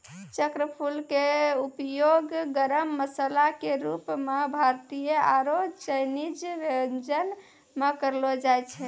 चक्रफूल के उपयोग गरम मसाला के रूप मॅ भारतीय आरो चायनीज व्यंजन म करलो जाय छै